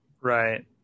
Right